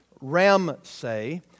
Ramsey